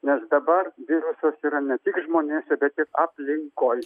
nes dabar virusas yra ne tik žmonėse bet ir aplinkoj